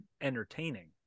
entertaining